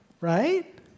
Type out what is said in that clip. right